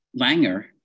Langer